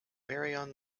marion